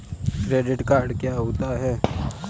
Credit card क्या होता है?